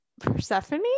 persephone